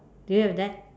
do you have that